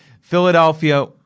Philadelphia—